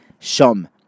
Shom